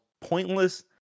pointless